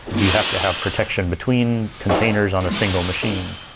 do you have to have protection between containers on a single machine?